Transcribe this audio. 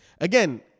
again